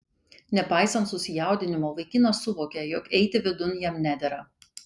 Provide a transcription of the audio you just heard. nepaisant susijaudinimo vaikinas suvokė jog eiti vidun jam nedera